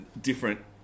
different